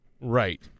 right